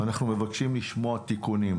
אנחנו מבקשים לשמוע תיקונים.